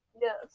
Yes